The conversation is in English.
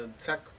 tech